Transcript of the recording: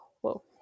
whoa